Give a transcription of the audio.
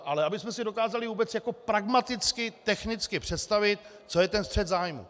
Ale abychom si dokázali vůbec jako pragmaticky technicky představit, co je ten střet zájmů.